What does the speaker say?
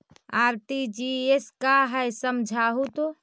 RTGS का है समझाहू तो?